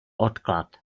odklad